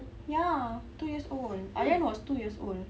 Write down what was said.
ya two years old aryan was two years old